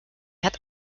hat